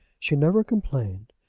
she never complained.